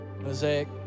Mosaic